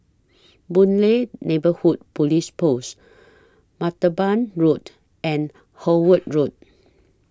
Boon Lay Neighbourhood Police Post Martaban Road and Howard Road